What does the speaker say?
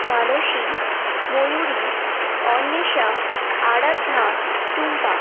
Manasi Mayuri Anwesha Aradhya Tumpa